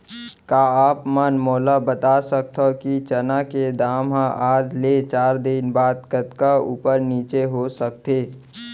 का आप मन मोला बता सकथव कि चना के दाम हा आज ले चार दिन बाद कतका ऊपर नीचे हो सकथे?